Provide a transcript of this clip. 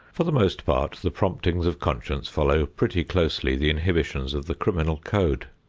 for the most part the promptings of conscience follow pretty closely the inhibitions of the criminal code,